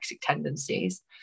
tendencies